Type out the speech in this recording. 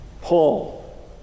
Paul